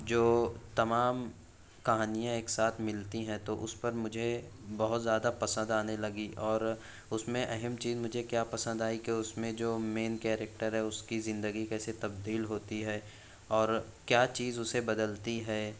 جو تمام کہانیاں ایک ساتھ ملتی ہیں تو اس پر مجھے بہت زیادہ پسند آنے لگی اور اس میں اہم چیز مجھے کیا پسند آئی کہ اس میں جو مین کیریکٹر ہے اس کی زندگی کیسے تبدیل ہوتی ہے اور کیا چیز اسے بدلتی ہے